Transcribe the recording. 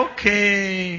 Okay